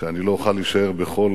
שאני לא אוכל להישאר בכל